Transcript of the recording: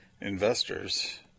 investors